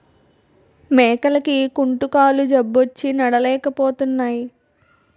మేకలకి కుంటుకాలు జబ్బొచ్చి నడలేపోతున్నాయి